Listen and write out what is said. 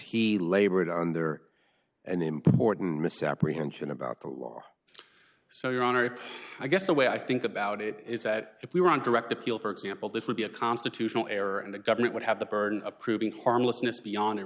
he labored under an important misapprehension about the law so your honor i guess the way i think about it is that if we were on direct appeal for example this would be a constitutional error and the government would have the burden of proving harmlessness beyond a